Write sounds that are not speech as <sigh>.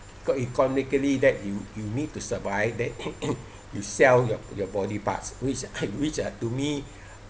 got economically that you you need to survive that <noise> you sell your your body parts which uh which are to me